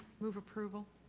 move approval.